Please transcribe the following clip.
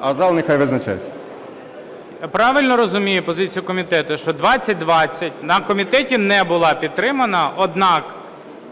а зал нехай визначається. ГОЛОВУЮЧИЙ. Я правильно розумію позицію комітету, що 2020 на комітеті не була підтримана, однак